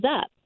up